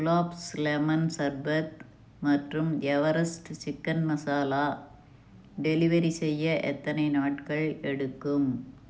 குலாப்ஸ் lemon sharbat மற்றும் Everest chicken masala delivery செய்ய எத்தனை நாட்கள் எடுக்கும்